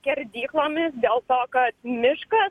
skerdyklomis dėl to kad miškas